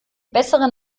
besseren